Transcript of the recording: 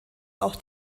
auch